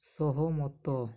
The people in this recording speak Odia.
ସହମତ